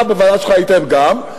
אתה בוועדה שלך ראיתם גם,